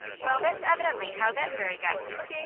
well, that's evidently how that fairy got to you.